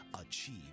achieve